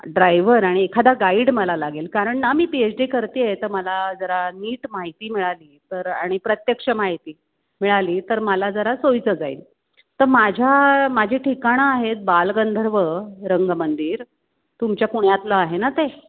driver आणि एखादा guide मला लागेल कारण ना मी पी एच डी करते आहे तर मला जरा नीट माहिती मिळाली तर आणि प्रत्यक्ष माहिती मिळाली तर मला जरा सोयीचं जाईल तर माझ्या माझी ठिकाणं आहेत बालगंधर्व रंगमंदिर तुमच्या पुण्यातलं आहे ना ते